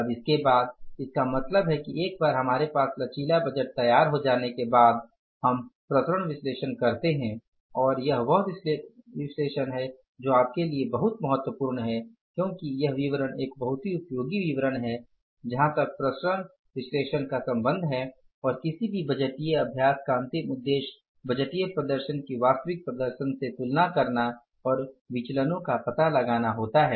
अब इसके बाद इसका मतलब है कि एक बार हमारे पास लचीला बजट तैयार हो जाने के बाद हम विचरण विश्लेषण करते हैं और यह वह विवरण है जो आपके लिए बहुत महत्वपूर्ण है क्योंकि यह विवरण एक बहुत ही उपयोगी विवरण है जहाँ तक विचरण विश्लेषण का संबंध है और किसी भी बजटिय अभ्यास का अंतिम उद्देश्य बजटीय प्रदर्शन की वास्तविक प्रदर्शन से तुलना करना और विविचलनो का पता लगाना होता है